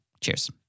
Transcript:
Cheers